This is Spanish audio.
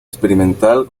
experimental